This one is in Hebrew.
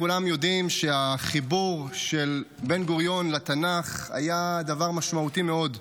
כולם יודעים שהחיבור של בן גוריון לתנ"ך היה דבר משמעותי מאוד.